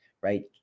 right